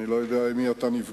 אני לא יודע עם מי אתה נפגש,